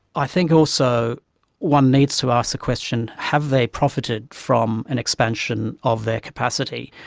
i think also one needs to ask the question have they profited from an expansion of their capacity?